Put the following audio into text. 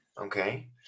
Okay